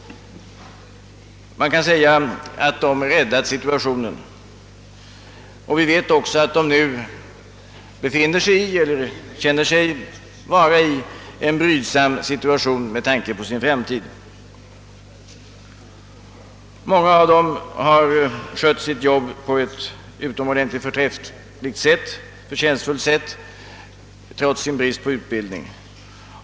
Man kan säga att de har räddat situationen. Vi vet också att de nu befinner sig i eller känner sig vara försatta i en brydsam situation med tanke på sin framtid. Många av dem har skött sina jobb på ett utomordentligt förtjänstfullt sätt trots sin bristande utbildning.